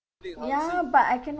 ya but I cannot